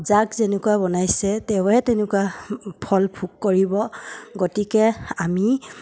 যাক যেনেকুৱা বনাইছে তেওঁৱে তেনেকুৱা ফল ভোগ কৰিব গতিকে আমি